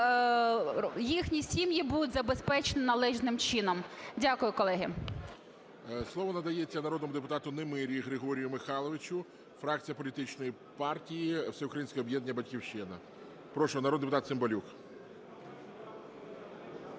їхні сім'ї будуть забезпечені належним чином. Дякую, колеги. ГОЛОВУЮЧИЙ. Слово надається народному депутату Немирі Григорію Михайловичу, фракція політичної партії "Всеукраїнське об'єднання "Батьківщина". Прошу, народний депутат Цимбалюк.